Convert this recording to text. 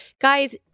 Guys